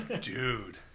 dude